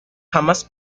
jamás